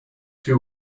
two